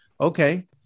okay